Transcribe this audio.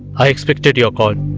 i expected your call